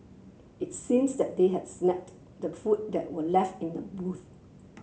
it seems that they had smelt the food that were left in the boots